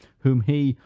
whom he,